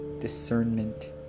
discernment